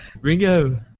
Ringo